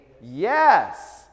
Yes